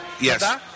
Yes